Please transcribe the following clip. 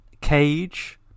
cage